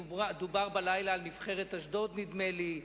דובר בלילה על נבחרת אשדוד, נדמה לי,